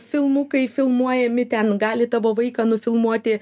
filmukai filmuojami ten gali tavo vaiką nufilmuoti